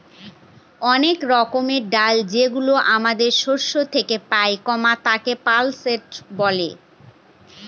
অনেক রকমের ডাল যেগুলো আমাদের শস্য থেকে পাই, তাকে পালসেস বলে